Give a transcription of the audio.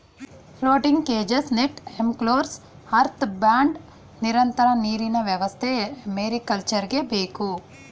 floating cages, net enclosures, earth bund, ನಿರಂತರ ನೀರಿನ ವ್ಯವಸ್ಥೆ ಮೇರಿಕಲ್ಚರ್ಗೆ ಬೇಕು